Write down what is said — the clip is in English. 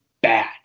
bad